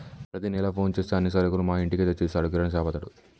ప్రతి నెల ఫోన్ చేస్తే అన్ని సరుకులు మా ఇంటికే తెచ్చిస్తాడు కిరాణాషాపతడు